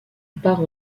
part